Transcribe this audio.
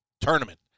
tournament